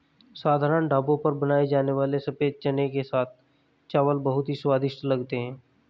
साधारण ढाबों पर बनाए जाने वाले सफेद चने के साथ चावल बहुत ही स्वादिष्ट लगते हैं